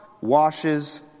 washes